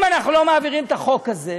אם אנחנו לא מעבירים את החוק הזה,